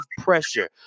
pressure